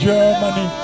Germany